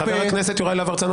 --- חבר הכנסת להב הרצנו,